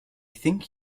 think